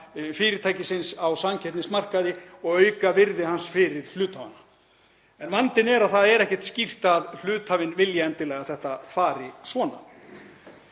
fyrirtækisins á samkeppnismarkaði og auka virði hans fyrir hluthafana? En vandinn er að það er ekkert skýrt að hluthafinn vilja endilega að þetta fari svona.